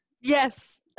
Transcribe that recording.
Yes